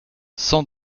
sans